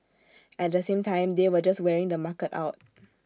at the same time they were just wearing the market out